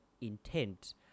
intent